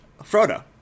Frodo